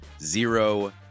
zero